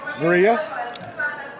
Maria